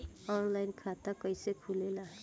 Online खाता कइसे खुलेला?